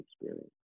experience